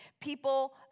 people